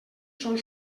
són